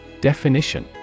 Definition